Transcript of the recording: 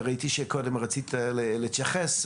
ראיתי שקודם רצית להתייחס.